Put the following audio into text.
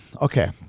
Okay